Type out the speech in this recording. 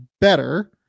better